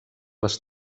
les